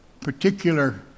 particular